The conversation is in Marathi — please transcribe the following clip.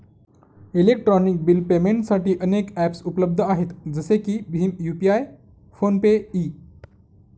इलेक्ट्रॉनिक बिल पेमेंटसाठी अनेक ॲप्सउपलब्ध आहेत जसे की भीम यू.पि.आय फोन पे इ